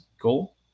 goal